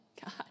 God